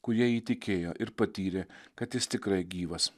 kurie įtikėjo ir patyrė kad jis tikrai gyvas